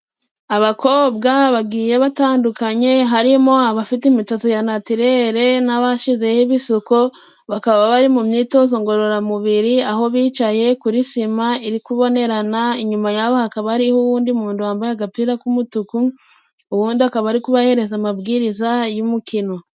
Abakobwa bagiye batandukanye, harimo abafite imitatsi ya natirere n'abashyizeho ibisuko, bakaba bari mu myitozo ngororamubiri aho bicaye kuri sima iri kubonerana, inyuma yabo hakaba hariho uwundi muntu wambaye agapira k'umutuku, ubundi akaba ari kubaha amabwiriza y'umukino.